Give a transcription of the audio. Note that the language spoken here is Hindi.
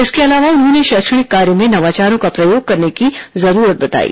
इसके अलावा उन्होंने शैक्षणिक कार्य में नवाचारों का प्रयोग करने की जरूरत बताई